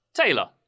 Taylor